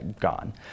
gone